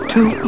Two